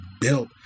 built